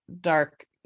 dark